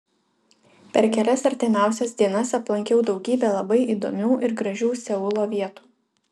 per kelias artimiausias dienas aplankiau daugybę labai įdomių ir gražių seulo vietų